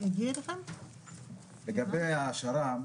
לגבי השר"מ,